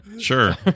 Sure